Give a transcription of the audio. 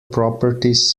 properties